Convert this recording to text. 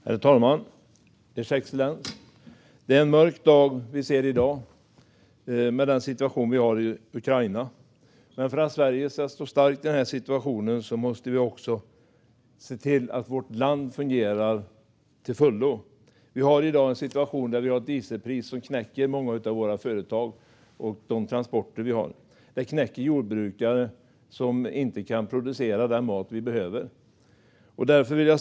Herr talman och ers excellens! Det är en mörk dag i dag med situationen i Ukraina. Men ska Sverige stå starkt i denna situation måste vårt land fungera till fullo. Dieselpriset knäcker många av våra företag och drabbar våra transporter. Det knäcker jordbrukare som då inte kan producera den mat vi behöver.